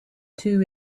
two